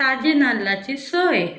ताजी नाल्लाची सोय